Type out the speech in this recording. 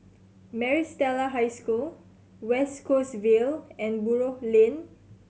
Maris Stella High School West Coast Vale and Buroh Lane